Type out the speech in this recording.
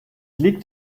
liegt